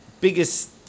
biggest